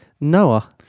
Noah